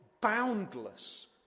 boundless